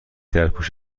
درپوش